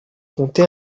conté